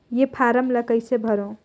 ये फारम ला कइसे भरो?